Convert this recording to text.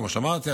כמו שאמרתי,